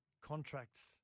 contracts